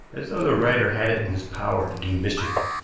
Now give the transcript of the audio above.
as though the writer had it in his power to do mischief.